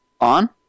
On